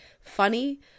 funny